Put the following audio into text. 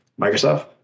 microsoft